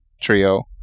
trio